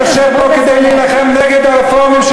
אני יושב פה כדי להילחם נגד הרפורמים,